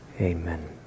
amen